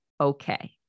okay